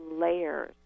layers